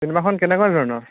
চিনেমাখন কেনেকুৱা ধৰণৰ